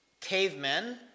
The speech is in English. cavemen